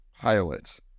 pilot